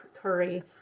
Curry